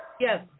Yes